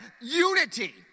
unity